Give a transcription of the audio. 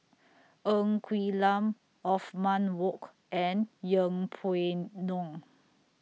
Ng Quee Lam Othman Wok and Yeng Pway Ngon